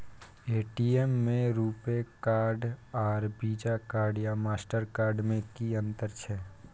ATM में RuPay card आर Visa card या मास्टर कार्ड में कि अतंर छै?